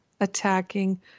attacking